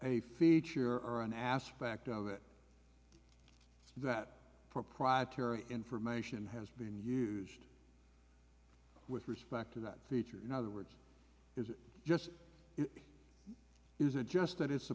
a feature or an aspect of it that proprietary information has been used with respect to that feature in other words is it just is it just that it's a